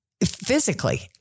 physically